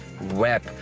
web